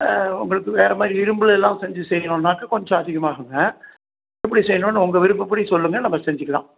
உங்களுக்கு வேறு மாதிரி இரும்பில் எல்லாம் செஞ்சு செய்யணும்னாக்கா கொஞ்சம் அதிகமாகும்ங்க எப்படி செய்யணும்னு உங்கள் விருப்பப்படி சொல்லுங்கள் நம்ம செஞ்சுக்கலாம்